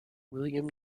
william